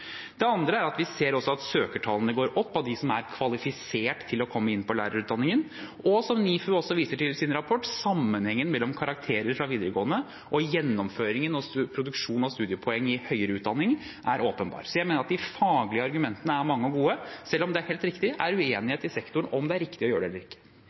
Det andre er at vi ser at søkertallene går opp blant dem som er kvalifisert til å komme inn på lærerutdanningen, og som NIFU også viser til i sin rapport: Sammenhengen mellom karakterer fra videregående og gjennomføringen og produksjonen av studiepoeng i høyere utdanninger er åpenbar. Så jeg mener at de faglige argumentene er mange og gode, selv om det er helt riktig at det er uenighet i sektoren om hvorvidt det er riktig å gjøre det eller ikke.